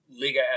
Liga